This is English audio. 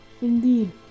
indeed